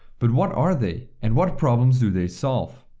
but what are they and what problems do they solve?